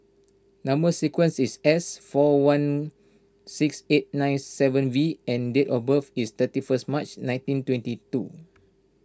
Number Sequence is S four one six eight nine seven V and date of birth is thirty first March nineteen twenty two